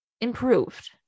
improved